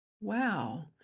wow